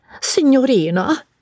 Signorina